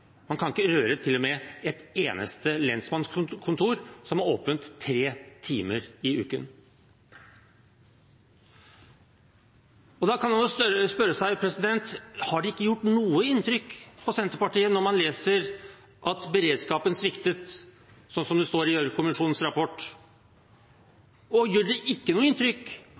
Man kan ikke røre til og med et eneste lensmannskontor som er åpent tre timer i uken. Da kan man spørre seg: Har det ikke gjort noe inntrykk på Senterpartiet når man leser at beredskapen sviktet, som det står i Gjørv-kommisjonens rapport? Gjør det ikke noe inntrykk